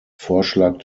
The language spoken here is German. vorschlag